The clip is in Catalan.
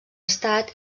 estat